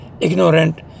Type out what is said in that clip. ignorant